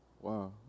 Wow